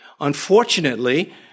Unfortunately